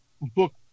book